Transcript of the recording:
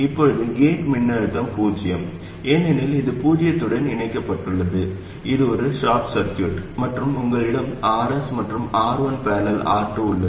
இப்போது கேட் மின்னழுத்தம் பூஜ்யம் ஏனெனில் இது பூஜ்ஜியத்துடன் இணைக்கப்பட்டுள்ளது இது ஒரு சோர்ட் சர்கியூட் மற்றும் உங்களிடம் Rs மற்றும் R1 || R2 உள்ளது